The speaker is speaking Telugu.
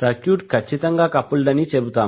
సర్క్యూట్ ఖచ్చితంగా కపుల్డ్ అని చెబుతాము